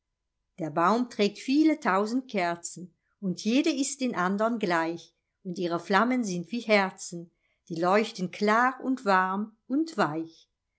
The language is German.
der baum trägt viele tausend kerzen und jede ist den andern gleich und ihre flammen sind wie herzen die leuchten klar und warm und weich